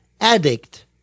addict